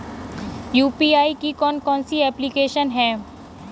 UPI की कौन कौन सी एप्लिकेशन हैं?